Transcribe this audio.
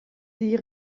die